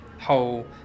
whole